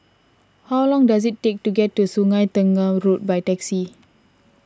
how long does it take to get to Sungei Tengah Road by taxi